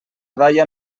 daia